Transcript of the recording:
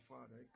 Father